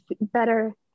better